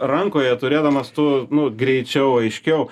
rankoje turėdamas tu nu greičiau aiškiau